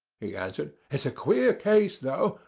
he answered it's a queer case though,